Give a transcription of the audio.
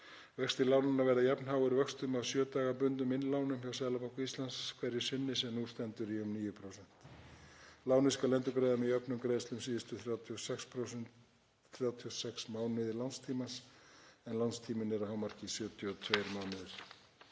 Vextir lánanna verða jafn háir vöxtum af sjö daga bundnum innlánum hjá Seðlabanka Íslands hverju sinni, sem nú standa í um 9%. Lánið skal endurgreiða með jöfnum greiðslum síðustu 36 mánuði lánstímans, en lánstíminn er að hámarki 72 mánuðir.